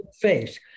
face